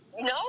No